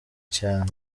cyane